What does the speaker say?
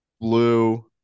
blue